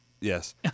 Yes